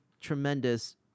tremendous